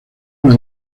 los